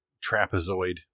trapezoid